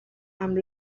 amb